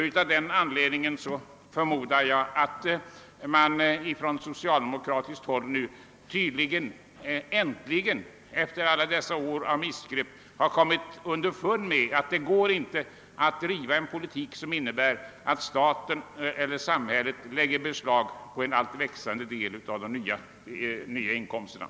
Jag förmodar att socialdemokraterna nu äntligen, efter alla år av missgrepp, har kommit underfund med att det inte går att driva en politik som innebär att samhället lägger beslag på en växande del av inkomstökningen.